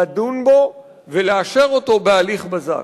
לדון בו ולאשר אותו בהליך בזק.